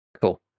Cool